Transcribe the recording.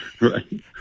Right